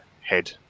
head